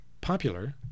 popular